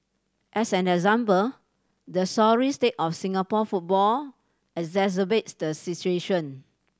as an example the sorry state of Singapore football exacerbates the situation